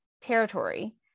territory